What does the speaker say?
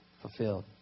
fulfilled